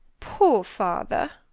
poor father.